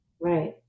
Right